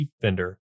vendor